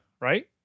right